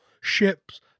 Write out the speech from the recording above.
ships